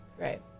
Right